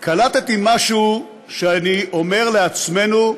קלטתי משהו שאני אומר לעצמנו,